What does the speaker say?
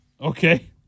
Okay